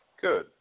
Good